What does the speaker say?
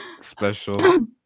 Special